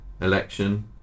election